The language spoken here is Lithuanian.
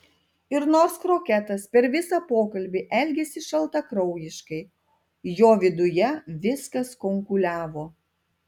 ir nors kroketas per visą pokalbį elgėsi šaltakraujiškai jo viduje viskas kunkuliavo